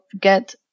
get